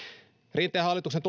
rinteen hallituksen